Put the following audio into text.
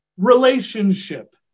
relationship